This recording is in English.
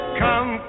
come